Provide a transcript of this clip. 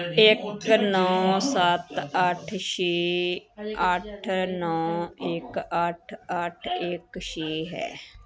ਇੱਕ ਨੌਂ ਸੱਤ ਅੱਠ ਛੇ ਅੱਠ ਨੌਂ ਇੱਕ ਅੱਠ ਅੱਠ ਇੱਕ ਛੇ ਹੈ